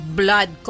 blood